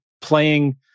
playing